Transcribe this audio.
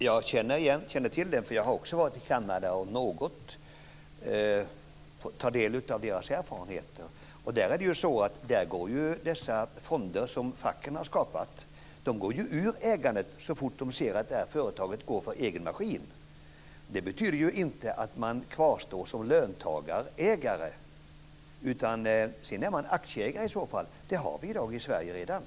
Fru talman! Jag känner till det för jag har också varit i Kanada och tagit del av erfarenheter där. Där går de fonder som facken har skapat ur ägandet så fort företagen går för egen maskin. Det betyder ju inte att man kvarstår som löntagarägare, utan sedan är man i så fall aktieägare. Det har vi redan i dag i Sverige.